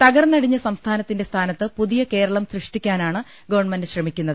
തകർന്നടിഞ്ഞ സംസ്ഥാനത്തിന്റെ സ്ഥാനത്ത് പുതിയ കേരളം സൃഷ്ടിക്കാനാണ് ഗവൺമെന്റ് ശ്രമിക്കുന്നത്